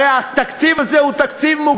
הרי התקציב הזה הוא תקציב מוגבל.